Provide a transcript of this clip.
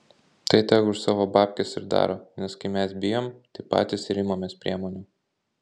tai tegu už savo babkes ir daro nes kai mes bijom tai patys ir imamės priemonių